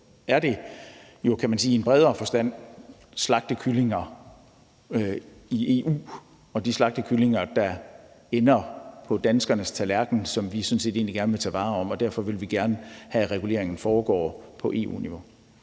er det jo, kan man sige, i en bredere forstand slagtekyllinger i EU og de slagtekyllinger, der ender på danskernes tallerkner, som vi sådan set egentlig gerne vil tage vare om. Og derfor vil vi gerne have, at reguleringen foregår på EU-niveau.